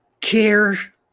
care